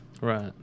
Right